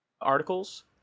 articles